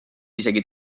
isegi